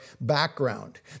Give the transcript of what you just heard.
background